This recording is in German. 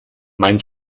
mein